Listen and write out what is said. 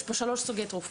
יש פה שלושה סוגי תרופות.